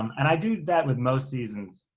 and i do that with most seasons,